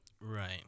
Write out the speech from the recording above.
Right